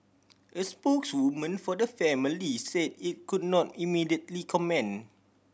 a spokeswoman for the family say it could not immediately comment